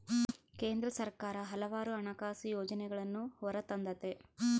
ಕೇಂದ್ರ ಸರ್ಕಾರ ಹಲವಾರು ಹಣಕಾಸು ಯೋಜನೆಗಳನ್ನೂ ಹೊರತಂದತೆ